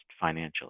financially